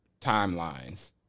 timelines